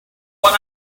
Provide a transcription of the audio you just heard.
what